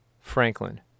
Franklin